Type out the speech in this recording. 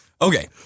Okay